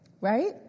Right